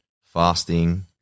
fasting